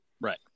Right